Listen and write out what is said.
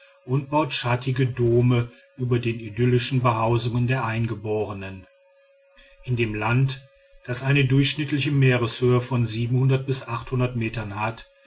und baut schattige dome über den idyllischen behausungen der eingeborenem in dem land das eine durchschnittliche meereshöhe von bis metern hat